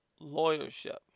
lawyership